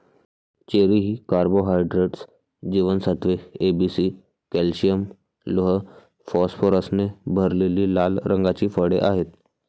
cherry ही carbohydrates, जीवनसत्त्वे A, B, C, calcium, लोह, फॉस्फरसने भरलेली लाल रंगाची फळे आहेत